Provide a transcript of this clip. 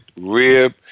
rib